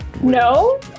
No